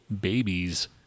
babies